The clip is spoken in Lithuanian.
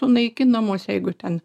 sunaikinamos jeigu ten